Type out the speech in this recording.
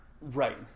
Right